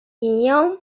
يوم